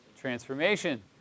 Transformation